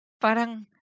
Parang